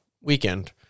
weekend